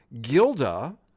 Gilda